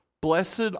blessed